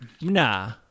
Nah